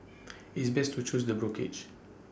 it's best to choose the brokerage